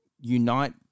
unite